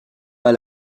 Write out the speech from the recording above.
pas